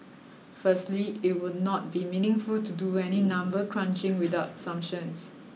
firstly it would not be meaningful to do any number crunching without assumptions